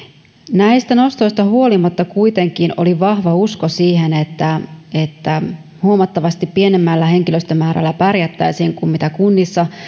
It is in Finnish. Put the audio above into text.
näistä nostoista huolimatta kuitenkin oli vahva usko siihen että että huomattavasti pienemmällä henkilöstömäärällä pärjättäisiin kuin millä kunnissa